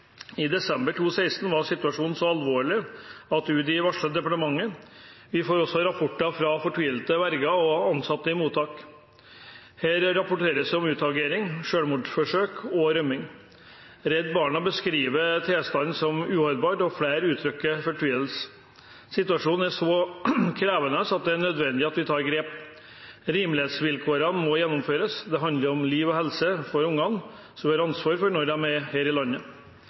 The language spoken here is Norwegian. I desember 2016 var situasjonen så alvorlig at UDI varslet departementet. Vi får også rapporter fra fortvilte verger og ansatte i mottakene. Det rapporteres om utagering, selvmordsforsøk og rømning. Redd Barna beskriver tilstanden som uholdbar, og flere uttrykker fortvilelse. Situasjonen er så krevende at det er nødvendig at vi tar grep. Rimelighetsvilkåret må gjeninnføres. Det handler om liv og helse til barn som vi har ansvar for når de er i landet. Videre bør ansvaret for